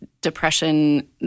depression